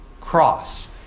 cross